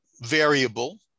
variable